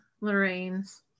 Lorraine's